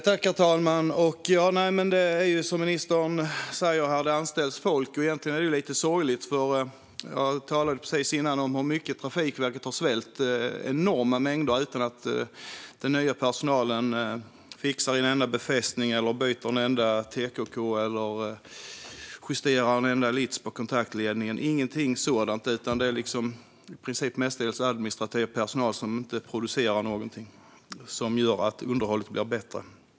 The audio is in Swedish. Herr talman! Som ministern sa anställs det folk. Egentligen är det lite sorgligt. Jag talade ju nyss om hur mycket Trafikverket har svällt med enorma mängder anställda utan att den nya personalen fixar en enda befästning, byter en enda TKK eller justerar en enda lits på kontaktledningen - ingenting sådant. Det är i princip mest administrativ personal, som inte producerar någonting som gör att underhållet blir bättre.